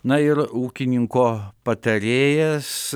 na ir ūkininko patarėjas